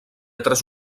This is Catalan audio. tres